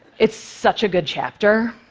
it's such a good chapter.